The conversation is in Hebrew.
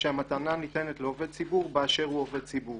כשהמתנה ניתנת לעובד ציבור 'באשר הוא עובד ציבור'.